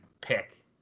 pick